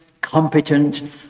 competent